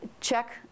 check